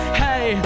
hey